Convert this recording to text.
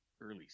early